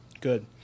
Good